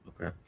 Okay